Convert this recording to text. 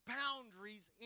boundaries